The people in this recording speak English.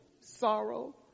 sorrow